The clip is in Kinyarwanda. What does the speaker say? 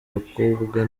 bakobwa